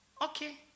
okay